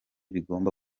bigomba